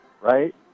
right